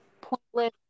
pointless